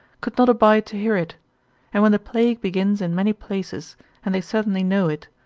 could not abide to hear it and when the plague begins in many places and they certainly know it,